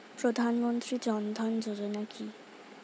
প্রধানমন্ত্রী জনধন যোজনা কি?